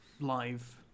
live